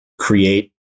create